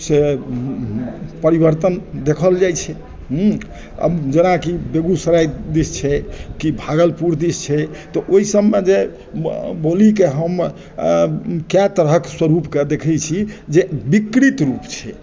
से परिवर्तन देखल जाइ छै हूँ आब जेनाकी बेगुसराय दिस छै की भागलपुर दिस छै तऽ ओहिसब मे जे बोली के हम कए तरहक स्वरूप के देखै छी जे विकृत रूप छै